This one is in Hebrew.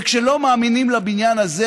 וכשלא מאמינים לבניין הזה,